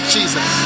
Jesus